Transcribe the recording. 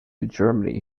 germany